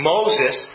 Moses